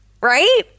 right